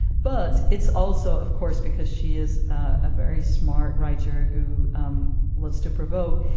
but it's also of course because she is a very smart writer who um loves to provoke.